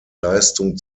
leistung